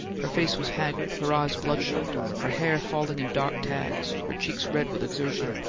her face was haggard, her eyes bloodshot, her hair falling in dark tags, her cheeks red with exertion.